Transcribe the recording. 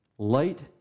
Light